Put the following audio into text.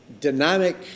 dynamic